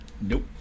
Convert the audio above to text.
Nope